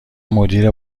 مدیر